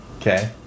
Okay